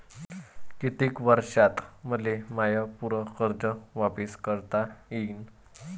कितीक वर्षात मले माय पूर कर्ज वापिस करता येईन?